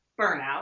burnout